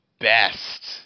best